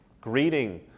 Greeting